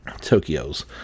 Tokyo's